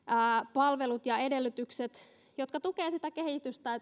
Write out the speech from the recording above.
palvelut ja edellytykset jotka tukevat sitä kehitystä